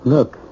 Look